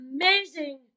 amazing